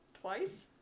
Twice